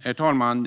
Herr talman!